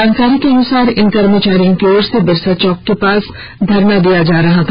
जानकारी के अनुसार इन कर्मचारियों की ओर से बिरसा चौक के पास धरना दिया जा रहा था